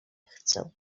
chcę